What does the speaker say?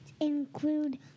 include